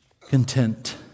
content